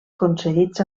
concedits